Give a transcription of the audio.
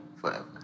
Forever